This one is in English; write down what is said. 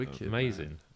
Amazing